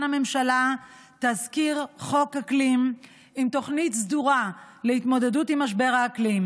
הממשלה תזכיר חוק אקלים עם תוכנית סדורה להתמודדות עם משבר האקלים,